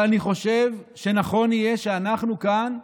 אבל אני חושב שנכון יהיה שאנחנו כאן,